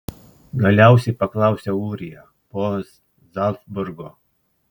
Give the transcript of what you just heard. galiausiai paklausė ūrija po zalcburgo